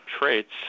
traits